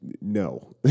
no